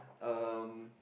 um